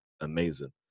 amazing